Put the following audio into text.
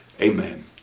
Amen